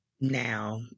now